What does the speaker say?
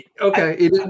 Okay